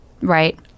Right